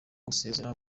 gusezera